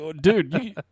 dude